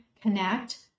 connect